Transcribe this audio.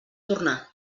tornar